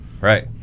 Right